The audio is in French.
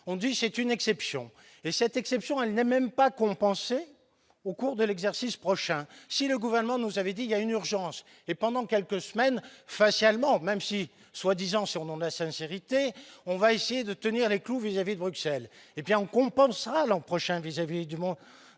on dit c'est une exception et cette exception elle n'a même pas compenser au cours de l'exercice prochain si le gouvernement nous avait dit il y a une urgence et pendant quelques semaines facialement même si soi-disant surnom la sincérité, on va essayer de tenir les coûts vis-à-vis de Bruxelles, et bien on compensera l'an prochain, vis-à-vis du monde